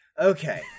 Okay